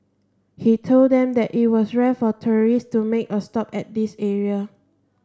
he told them that it was rare for tourists to make a stop at this area